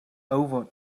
over